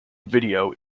video